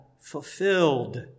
fulfilled